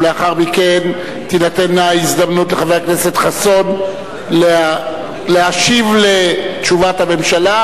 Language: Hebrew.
ולאחר מכן תינתן ההזדמנות לחבר הכנסת חסון להשיב על תשובת הממשלה,